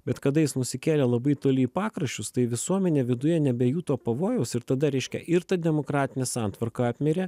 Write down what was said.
bet kada jis nusikėlė labai toli į pakraščius tai visuomenė viduje nebejuto pavojaus ir tada reiškia ir ta demokratinė santvarka apmirė